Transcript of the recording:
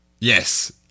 Yes